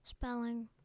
Spelling